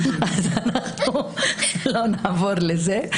אז אנחנו לא נעבור לזה.